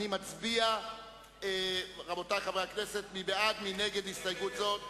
אני מבקש לראות בהצבעה הצעת אי-אמון.